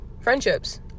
friendships